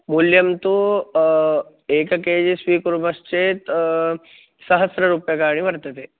मूल्यं तू एककेजि स्वीकुर्मश्चेत् सहस्ररूप्यकाणि वर्तते